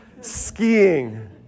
skiing